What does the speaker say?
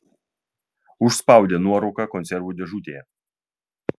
užspaudė nuorūką konservų dėžutėje